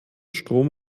strom